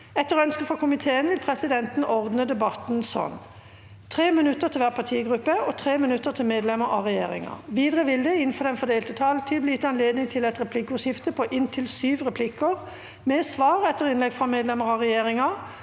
forvaltningskomiteen vil presidenten ordne debatten slik: 3 minutter til hver partigruppe og 3 minutter til medlemmer av regjeringen. Videre vil det – innenfor den fordelte taletid – bli gitt anledning til inntil fem replikker med svar etter innlegg fra medlemmer av regjeringen,